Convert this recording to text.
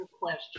question